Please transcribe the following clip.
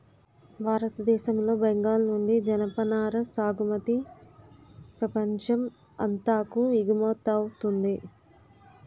భారతదేశం లో బెంగాల్ నుండి జనపనార సాగుమతి ప్రపంచం అంతాకు ఎగువమౌతుంది